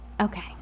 Okay